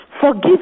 Forgive